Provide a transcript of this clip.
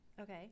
Okay